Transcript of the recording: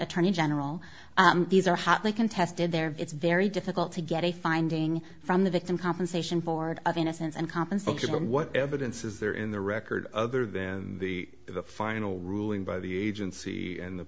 attorney general these are hotly contested there it's very difficult to get a finding from the victim compensation ford of innocence and compensation and what evidence is there in the record other than the final ruling by the agency and the